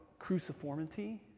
cruciformity